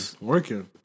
Working